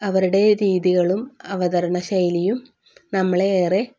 അവരുടെ രീതികളും അവതരണ ശൈലിയും നമ്മളെ ഏറെ